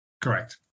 Correct